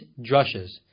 drushes